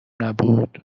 نبود